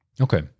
Okay